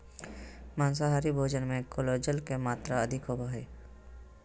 माँसाहारी भोजन मे कोलेजन के मात्र अधिक होवो हय